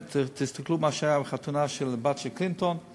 תסתכלו מה שהיה בחתונה של הבת של קלינטון.